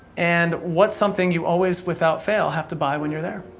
and what's something you always, without fail, have to buy when you're there?